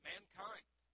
Mankind